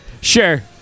Sure